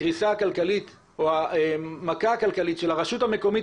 הקריסה הכלכלית או המכה הכלכלית של הרשות המקומית